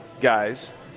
guys